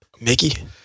Mickey